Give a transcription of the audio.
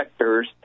vectors